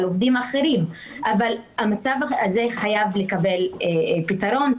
עובדים אחרים אבל המצב הזה חייב לקבל פתרון,